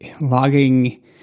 logging